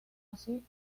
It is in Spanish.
así